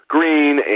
Green